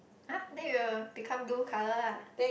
!huh! then it will become blue colour lah